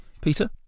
Peter